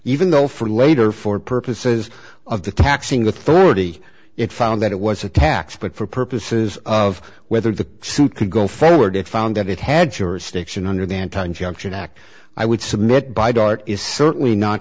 even though for later for purposes of the taxing authority it found that it was a tax but for purposes of whether the suit could go forward it found that it had jurisdiction under the anti injunction act i would submit by dart is certainly not